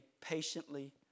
patiently